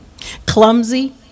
clumsy